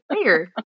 player